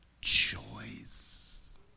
choice